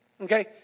okay